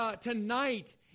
tonight